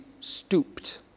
stooped